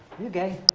you gay?